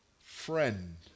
friend